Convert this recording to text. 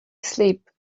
asleep